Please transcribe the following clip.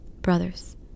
brothers